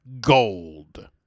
Gold